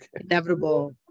inevitable